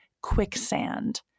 quicksand